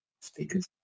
speakers